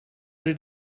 did